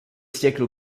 siècle